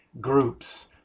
groups